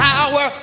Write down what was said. Power